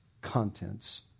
contents